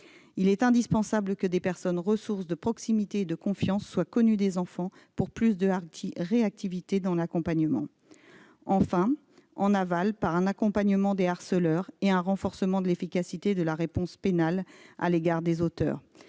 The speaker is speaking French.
Il est indispensable que des personnes ressources, de proximité et de confiance, soient connues des enfants pour plus de réactivité dans l'accompagnement. En aval, enfin, par un accompagnement des harceleurs et un renforcement de l'efficacité de la réponse pénale à l'égard des auteurs.